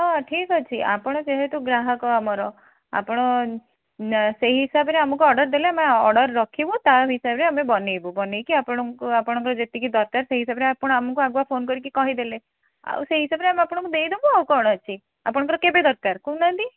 ହଁ ଠିକ୍ ଅଛି ଆପଣ ଯେହେତୁ ଗ୍ରାହକ ଆମର ଆପଣ ସେଇ ହିସାବରେ ଆମକୁ ଅର୍ଡ଼ର ଦେଲେ ଆମେ ଅର୍ଡ଼ର ରଖିବୁ ତା ହିସାବରେ ଆମେ ବନାଇବୁ ବନାଇକି ଆପଣଙ୍କୁ ଆପଣଙ୍କର ଯେତିକି ଦରକାର ସେଇ ହିସାବରେ ଆପଣ ଆମକୁ ଆଗୁଆ ଫୋନ୍ କରିକି କହିଦେଲେ ଆଉ ସେଇ ହିସାବରେ ଆମେ ଆପଣଙ୍କୁ ଦେଇଦେବୁ ଆଉ କ'ଣ ଅଛି ଆପଣଙ୍କର କେବେ ଦରକାର କହୁନାହାନ୍ତି